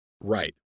right